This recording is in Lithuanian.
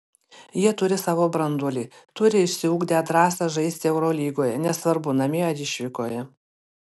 jie turi savo branduolį turi išsiugdę drąsą žaisti eurolygoje nesvarbu namie ar išvykoje